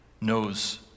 knows